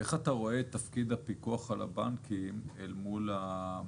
איך אתה רואה את תפקיד הפיקוח על הבנקאים אל מול הריכוזיות?